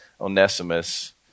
Onesimus